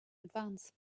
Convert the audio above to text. advance